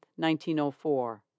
1904